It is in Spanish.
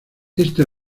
este